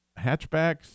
hatchbacks